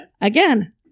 Again